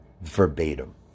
verbatim